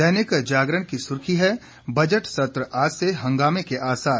दैनिक जागरण की सुर्खी है बजट सत्र आज से हंगामे के आसार